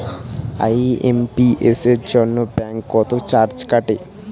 IMPS এর জন্য bank কত চার্জ কাটে?